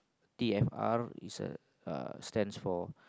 T_F_R is a uh stands for